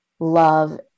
Love